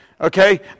okay